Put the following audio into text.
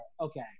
Okay